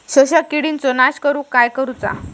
शोषक किडींचो नाश करूक काय करुचा?